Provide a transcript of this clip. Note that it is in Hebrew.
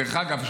דרך אגב,